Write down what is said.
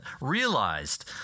realized